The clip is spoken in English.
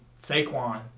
Saquon